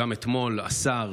גם אתמול השר,